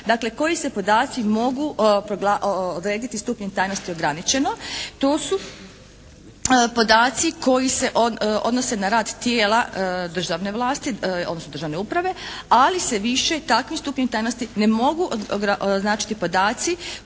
Dakle koji se podaci mogu odrediti stupnjem tajnosti «ograničeno»? To su podaci koji se odnose na rad tijela državne vlasti odnosno državne uprave ali se više takvim stupnjem tajnosti ne mogu označiti podaci koji se odnose